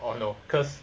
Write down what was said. or you know cause